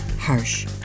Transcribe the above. harsh